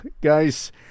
guys